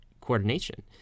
coordination